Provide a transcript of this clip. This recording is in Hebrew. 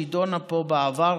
שנידונה פה בעבר,